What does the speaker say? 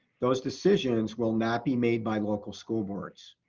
those decisions will not be made by local school boards.